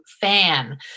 fan